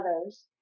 others